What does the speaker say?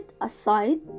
aside